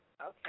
Okay